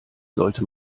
sollte